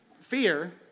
fear